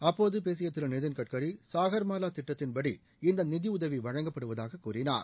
அப்போது பேசிய திரு நிதின் கட்கரி சாகர்மாலா திட்டத்தின்படி இந்த நிதியுதவி வழங்கப்படுவதாக கூறினார்